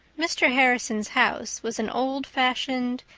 mr. harrison's house was an old-fashioned,